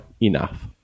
enough